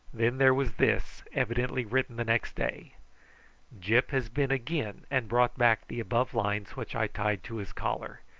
then there was this, evidently written the next day gyp has been again and brought back the above lines which i tied to his collar.